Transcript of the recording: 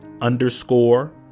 underscore